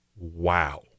wow